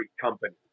company